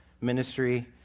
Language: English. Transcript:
ministry